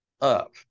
Up